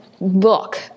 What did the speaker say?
look